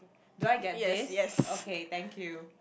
do I get this okay thank you